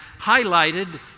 highlighted